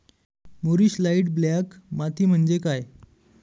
मूरिश light black माती म्हणजे काय?